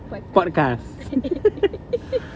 podcast